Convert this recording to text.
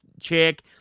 chick